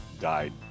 died